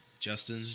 Justin